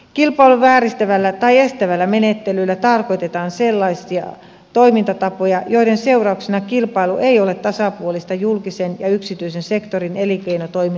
kilpailua vääristävällä tai estävällä menettelyllä tarkoitetaan sellaisia toimintatapoja joiden seurauksena kilpailu ei ole tasapuolista julkisen ja yksityisen sektorin elinkeinotoiminnan välillä